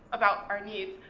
about our needs,